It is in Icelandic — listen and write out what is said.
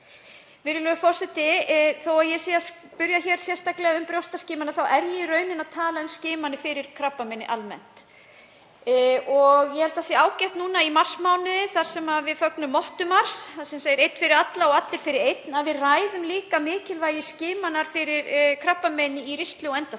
Virðulegur forseti. Þó að ég spyrji sérstaklega um brjóstaskimanir er ég í rauninni að tala um skimanir fyrir krabbameini almennt. Ég held að það sé ágætt núna í marsmánuði þar sem við fögnum mottumars, þar sem segir einn fyrir alla og allir fyrir einn, að við ræðum líka mikilvægi skimana fyrir krabbameini í ristli og endaþarmi.